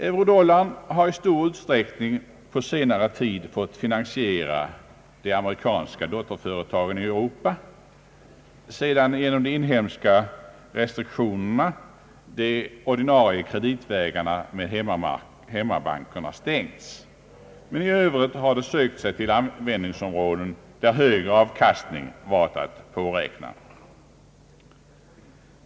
Eurodollarn har i stor utsträckning på senare tid fått finansiera de amerikanska dotterföretagen i Europa, sedan genom de inhemska restriktionerna de ordinarie kreditvägarna med hemmabankerna stängts. I övrigt har den sökt sig till användningsområden där högre avkastning varit att påräkna.